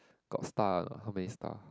got stuff how many stuff